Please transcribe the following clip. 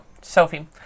Sophie